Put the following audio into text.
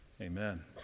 Amen